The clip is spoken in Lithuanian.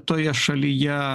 toje šalyje